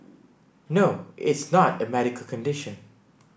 no it's not a medical condition